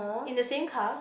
in the same car